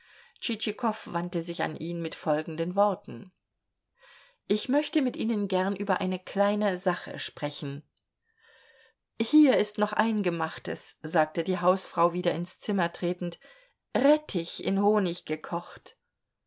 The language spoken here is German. wandte sich an ihn mit folgenden worten ich möchte mit ihnen gern über eine kleine sache sprechen hier ist noch eingemachtes sagte die hausfrau wieder ins zimmer tretend rettich in honig gekocht